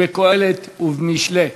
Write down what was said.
בקהלת ובמשלי.